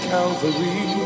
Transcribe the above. Calvary